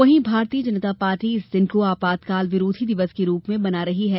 वहीं भारतीय जनता पार्टी इस दिन को आपातकाल विरोधी दिवस के रूप में मना रही है